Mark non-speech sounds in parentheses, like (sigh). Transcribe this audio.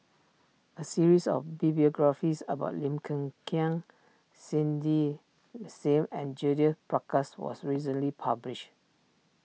a series of be biographies about Lim (unintelligible) Kiang Cindy Sim and Judith Prakash was recently published